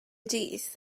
dydd